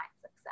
success